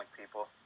people